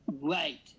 Right